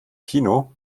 kino